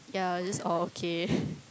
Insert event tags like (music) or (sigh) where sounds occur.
yeah I'll just oh okay (laughs)